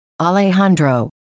Alejandro